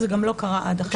זה גם לא קרה עד עכשיו.